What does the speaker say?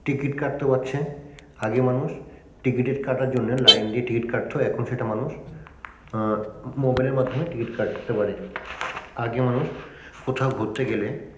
ticket কাটতে পাচ্ছে আগে মানুষ টিকিটের কাটার জন্যে লাইন দিয়ে টিকিট কাটতো এখন সেটা মানুষ মোবাইলের মাধ্যমে টিকিট কাটতে পারে আগে মানুষ কোথাও ঘুরতে গেলে